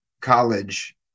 college